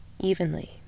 evenly